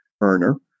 earner